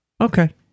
Okay